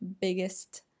biggest